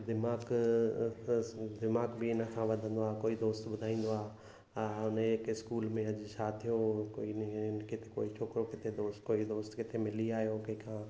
दिमाग़ त दिमाग़ बि इन सां वधंदो आ्हे कोई दोस्त ॿुधाईंदो आहे हा हा उन स्कूल में अॼ छा थियो कोई नई आहिनि किथे कोई छोकिरो किथे दोस्त कोई दोस्त किथे मिली आहियो कंहिंखा